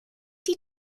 die